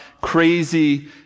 crazy